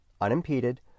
unimpeded